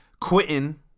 quitting